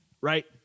right